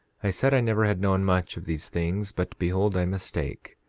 i said i never had known much of these things but behold, i mistake,